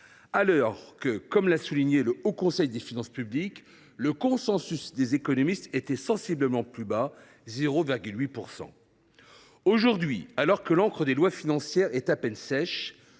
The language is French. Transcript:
alors que, comme l’avait alors souligné le Haut Conseil des finances publiques, le consensus des économistes était sensiblement plus bas, à 0,8 %. Aujourd’hui, alors que l’encre de ces lois financières est à peine sèche,